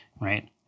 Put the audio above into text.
Right